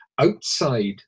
outside